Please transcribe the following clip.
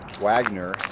Wagner